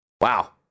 Wow